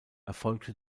erfolgte